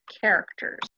characters